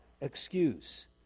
excuse